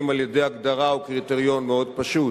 על-ידי הגדרה או קריטריון מאוד פשוט: